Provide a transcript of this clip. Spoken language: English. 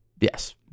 Yes